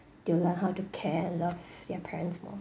they will learn how to care and love their parents more